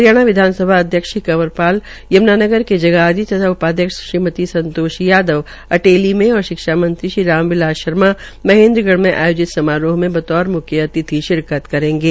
हरियाणा विधानसभा अध्यक्ष श्री कंवर पाल यमुनानगर के जगाधरी तथा उपाध्यक्ष श्रीमती संतोष यादव अटेली में और शिक्षा मंत्री श्री राम बिलास शर्मा महेंद्रगढ़ के आयोजित समारोह में बतौर मुख्यातिथि शिरकत करेंगे